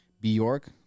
Bjork